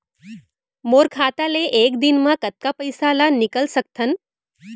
मोर खाता ले एक दिन म कतका पइसा ल निकल सकथन?